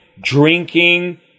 drinking